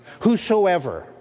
whosoever